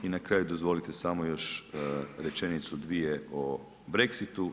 I na kraju dozvolite samo još rečenicu dvije o Brexitu.